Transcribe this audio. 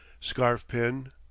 scarf-pin